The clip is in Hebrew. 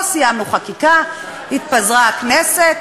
לא סיימנו את החקיקה, התפזרה הכנסת,